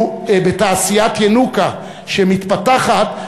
שהוא בתעשיית ינוקא שמתפתחת,